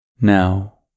Now